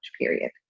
period